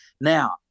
Now